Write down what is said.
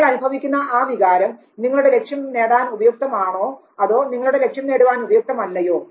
നിങ്ങൾ അനുഭവിക്കുന്ന ആ വികാരം നിങ്ങളുടെ ലക്ഷ്യം നേടുവാൻ ഉപയുക്തമാണോ അതോ നിങ്ങളുടെ ലക്ഷ്യം നേടുവാൻ ഉപയുക്തം അല്ലയോ